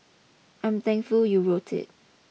I'm thankful you wrote it